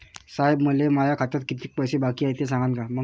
साहेब, मले माया खात्यात कितीक पैसे बाकी हाय, ते सांगान का?